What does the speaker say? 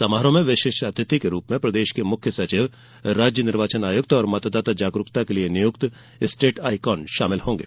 समारोह में विशिष्ट अतिथि के रूप में प्रदेश के मुख्य सचिव राज्य निर्वाचन आयुक्त मतदाता जागरूकता के लिये नियुक्त स्टेट आइकॉन शामिल होगें